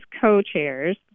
co-chairs